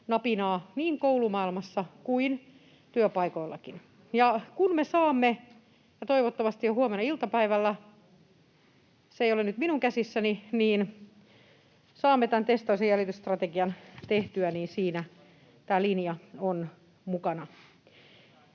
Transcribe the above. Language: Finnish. napinaa niin koulumaailmassa kuin työpaikoillakin. Ja kun me saamme toivottavasti jo huomenna iltapäivällä — se ei ole nyt minun käsissäni — testaus‑ ja jäljitysstrategian tehtyä, niin siinä tämä linja on mukana.